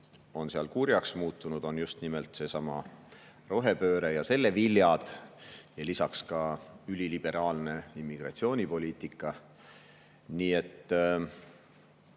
on seal kurjaks muutunud, on just nimelt seesama rohepööre ja selle viljad ja lisaks üliliberaalne immigratsioonipoliitika. Nii et